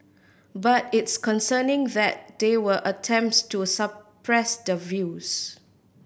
but it's concerning that there were attempts to suppress the views